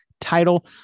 title